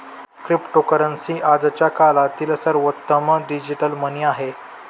cryptocurrency आजच्या काळातील सर्वोत्तम डिजिटल मनी आहे